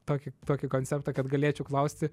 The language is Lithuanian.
tokį tokį konceptą kad galėčiau klausti